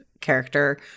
character